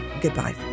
Goodbye